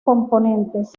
componentes